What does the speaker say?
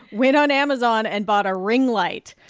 went on amazon and bought a ring light.